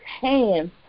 hands